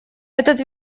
этот